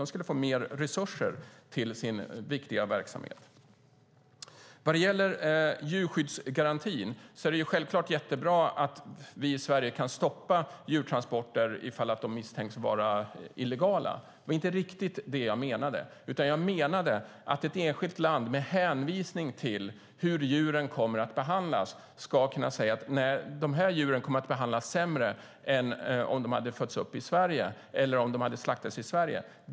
De skulle få mer resurser till sin viktiga verksamhet. Vad det gäller djurskyddsgarantin är det självklart jättebra att vi i Sverige kan stoppa djurtransporter ifall de misstänks vara illegala. Det var inte riktigt det jag menade, utan jag menade att ett enskilt land med hänvisning till hur djuren kommer att behandlas ska kunna säga: De här djuren kommer att behandlas sämre än om de hade fötts upp i Sverige eller om de hade slaktats i Sverige.